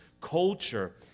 culture